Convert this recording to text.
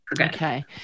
Okay